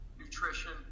nutrition